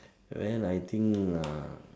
well I think uh